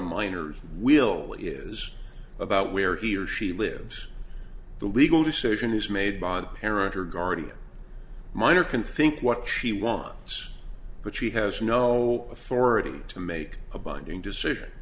minor wheel is about where he or she lives the legal decision is made by the parent or guardian minor can think what she wants but she has no authority to make a binding decision